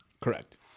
Correct